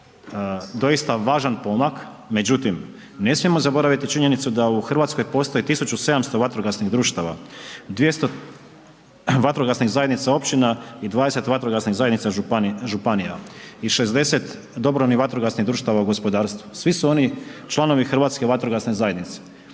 doista važan pomak, međutim, ne smijemo zaboraviti činjenicu da u Hrvatskoj postoje 1700 vatrogasnih društava. 200 vatrogasnih zajednica općina i 20 vatrogasnih zajednica županija i 60 dobrovoljnih vatrogasnih društava u gospodarstvu. Svi su oni članovi Hrvatske vatrogasne zajednice